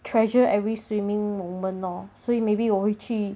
treasure every swimming moment lor 所以 maybe 我会去